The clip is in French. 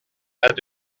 pas